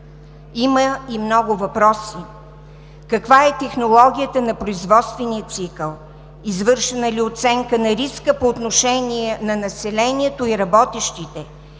Има и много въпроси: каква е технологията на производствения цикъл, извършена ли е оценка на риска по отношение на населението и работещите?